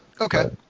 Okay